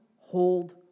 hold